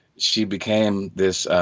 she became this.